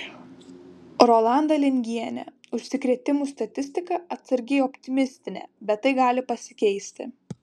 rolanda lingienė užsikrėtimų statistika atsargiai optimistinė bet tai gali pasikeisti